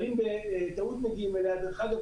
אבל אם בטעות מגיעים אליה דרך אגב,